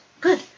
Good